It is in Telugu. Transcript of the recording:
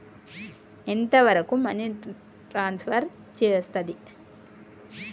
ఎంత వరకు మనీ ట్రాన్స్ఫర్ చేయస్తది?